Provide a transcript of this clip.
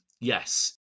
yes